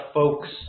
folks